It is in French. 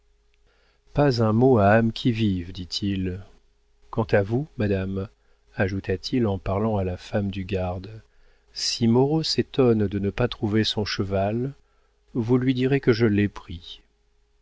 pas un mot à âme qui vive dit-il quant à vous madame ajouta-t-il en parlant à la femme du garde si moreau s'étonne de ne pas trouver son cheval vous lui direz que je l'ai pris